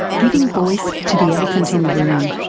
giving voice to the elephant in the room.